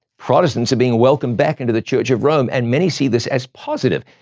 protestants are being welcomed back into the church of rome, and many see this as positive.